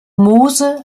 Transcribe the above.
mose